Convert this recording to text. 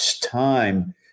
time